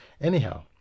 Anyhow